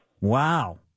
Wow